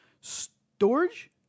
storage